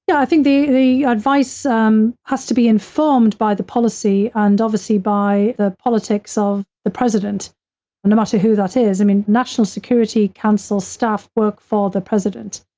yeah i think the the advice um has to be informed by the policy and obviously by the politics of the president. and no matter who that is, i mean, national security council staff work for the president.